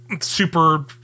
super